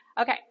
okay